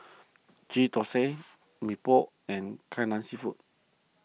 Ghee Thosai Mee Pok and Kai Lan Seafood